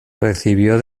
recibió